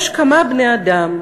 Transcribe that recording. יש כמה בני-אדם,